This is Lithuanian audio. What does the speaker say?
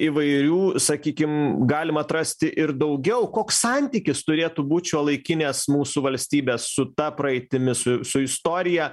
įvairių sakykim galima atrasti ir daugiau koks santykis turėtų būt šiuolaikinės mūsų valstybės su ta praeitimi su su istorija